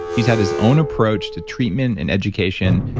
he's had his own approach to treatment and education,